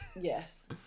Yes